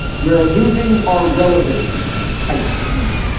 we are losing our relevance type beat.